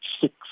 six